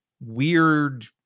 weird